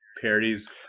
parodies